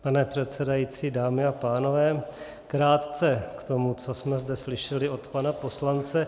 Pane předsedající, dámy a pánové, krátce k tomu, co jsme zde slyšeli od pana poslance.